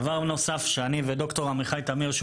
דבר נוסף שאני וד"ר עמיחי תמיר,